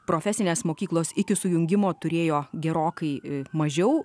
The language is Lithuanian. profesinės mokyklos iki sujungimo turėjo gerokai mažiau